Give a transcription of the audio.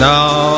Now